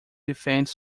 defends